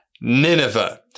Nineveh